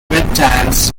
reptiles